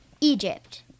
Egypt